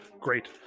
great